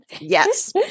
Yes